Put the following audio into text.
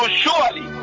surely